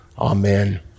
Amen